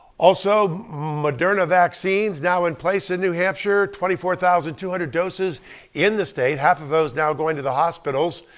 also. moderna vaccines now in place in new hampshire. twenty four thousand two hundred doses in the state. half of those now going to the hospitals.